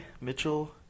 Mitchell